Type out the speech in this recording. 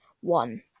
one